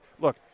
Look